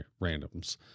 randoms